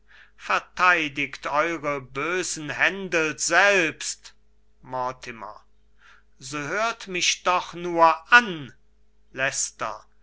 verteidigt eure bösen händel selbst mortimer so hört mich doch nur an